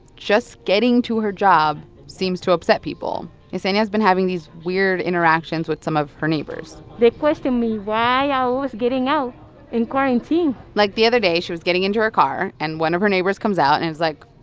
just getting to her job seems to upset people. yesenia has been having these weird interactions with some of her neighbors they question me why i ah was getting out in quarantine like the other day, she was getting into her car, and one of her neighbors comes out and is like,